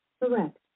Correct